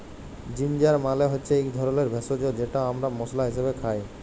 ginger মালে হচ্যে ইক ধরলের ভেষজ যেট আমরা মশলা হিসাবে খাই